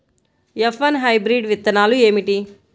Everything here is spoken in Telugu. ఎఫ్ వన్ హైబ్రిడ్ విత్తనాలు ఏమిటి?